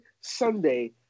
Sunday